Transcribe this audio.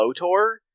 Lotor